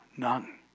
None